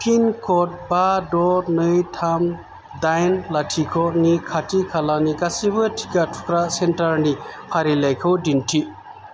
पिनक'ड बा द' नै थाम दाइन लाथिख'नि खाथि खालानि गासैबो टिका थुग्रा सेन्टारनि फारिलाइखौ दिन्थि